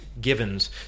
givens